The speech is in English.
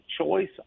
choice